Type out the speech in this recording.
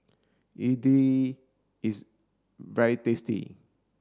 Idili is very tasty